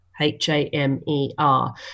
H-A-M-E-R